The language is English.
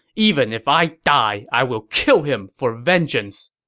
even if i die, i will kill him for vengeance!